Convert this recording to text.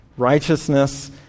Righteousness